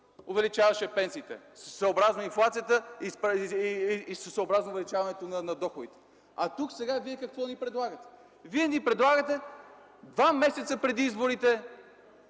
увеличава пенсиите съобразно инфлацията и увеличаването на доходите. А вие сега тук какво ни предлагате? Вие предлагате два месеца преди изборите